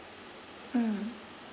mm